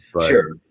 Sure